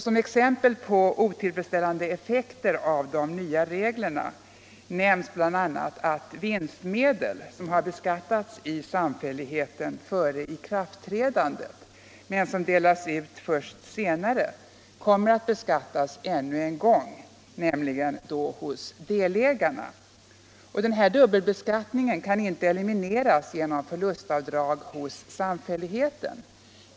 Som exempel på otillfredsställande effekter av de nya reglerna nämns bl.a. att vinstmedel som har beskattats i samfälligheten före ikraftträdandet men som delas ut först senare kommer att beskattas ännu en gång, nämligen då hos delägarna. Den här dubbelbeskattningen kan inte elimineras genom förlustavdrag hos samfälligheten.